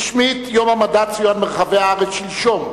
רשמית, יום המדע צוין ברחבי הארץ שלשום,